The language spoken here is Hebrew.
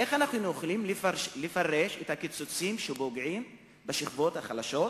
איך אנחנו יכולים לפרש את הקיצוצים שפוגעים בשכבות החלשות?